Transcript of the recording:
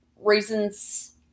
reasons